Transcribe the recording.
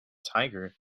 tiger